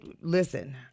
Listen